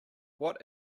what